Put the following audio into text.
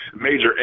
major